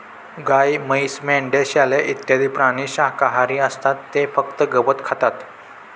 गाय, म्हैस, मेंढ्या, शेळ्या इत्यादी प्राणी शाकाहारी असतात ते फक्त गवत खातात